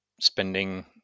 spending